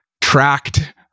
tracked